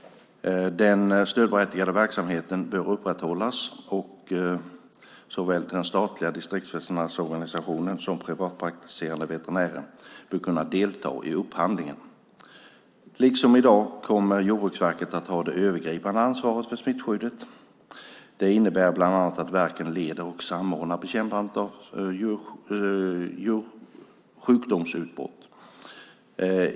Den stödberättigade verksamheten bör upphandlas, och såväl den statliga distriktsveterinärsorganisationen som privatpraktiserande veterinärer bör kunna delta i upphandlingen. Liksom i dag kommer Jordbruksverket att ha det övergripande ansvaret för smittskyddet. Det innebär bland annat att verket leder och samordnar bekämpandet av sjukdomsutbrott.